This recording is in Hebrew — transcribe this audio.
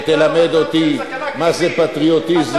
ותלמד אותי מה זה פטריוטיזם,